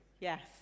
Yes